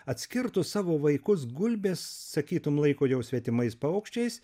atskirtus savo vaikus gulbės sakytum laiko jau svetimais paukščiais